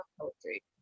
poetry